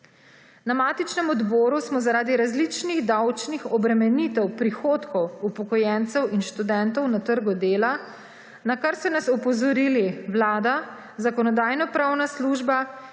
Na matičnem odboru smo zaradi različnih davčnih obremenitev prihodkov upokojencev in študentov na trgu dela, na kar so nas opozorili Vlada, Zakonodajno-pravna služba